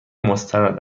مستند